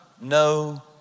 no